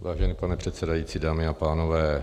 Vážený pane předsedající, dámy a pánové.